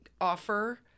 offer